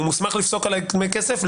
הוא מוסמך לפסוק עלי סכום כסף?